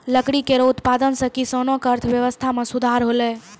लकड़ी केरो उत्पादन सें किसानो क अर्थव्यवस्था में सुधार हौलय